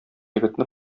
егетне